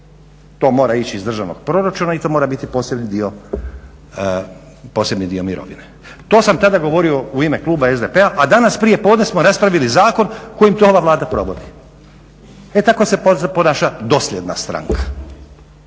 to mora ići iz državnog proračuna i to mora biti posebni dio mirovine. To sam tada govorio u ime kluba SDP-a, a danas prije podne smo raspravili zakon kojim to ova Vlada provodi. E tako se ponaša dosljedna stranka.